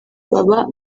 baba